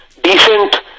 decent